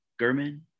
German